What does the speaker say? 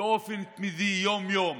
באופן תמידי, יום-יום.